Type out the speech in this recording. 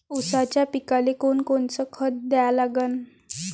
ऊसाच्या पिकाले कोनकोनचं खत द्या लागन?